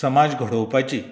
समाज घडोवपाची